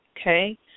Okay